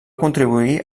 contribuir